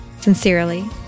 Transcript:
Sincerely